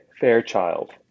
Fairchild